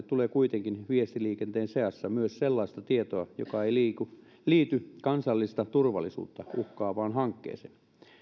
tulee kuitenkin viestiliikenteen seassa myös sellaista tietoa joka ei liity liity kansallista turvallisuutta uhkaavaan hankkeeseen